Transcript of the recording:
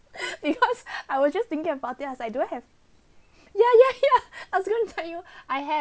because I was just thinking about that as I do I have yeah yeah I was going to tell you I have